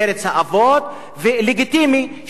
ולגיטימי שהוא יישאר שם.